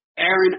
Aaron